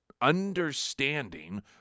understanding